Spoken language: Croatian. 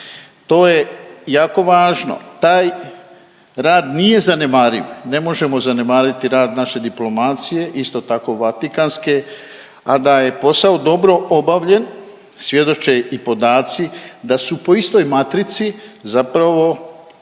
To je jako važno, taj rad nije zanemariv, ne možemo zanemariti rad naše diplomacije isto tako vatikanske, a da je posao dobro obavljen svjedoče i podaci da su po istoj matrici zapravo